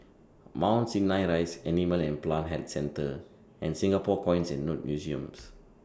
Mount Sinai Rise Animal and Plant Health Centre and Singapore Coins and Notes Museums